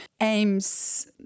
aims